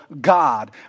God